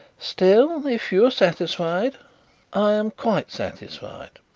still, if you are satisfied i am quite satisfied,